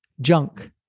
junk